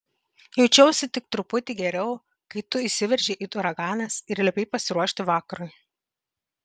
jaučiausi tik truputį geriau kai tu įsiveržei it uraganas ir liepei pasiruošti vakarui